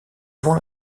avant